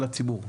על הציבור.